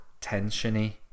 tension-y